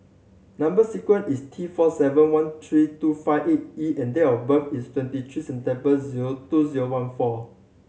number sequence is T four seven one three two five eight E and date of birth is twenty three September zero two zero one four